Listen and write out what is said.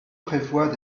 prévoit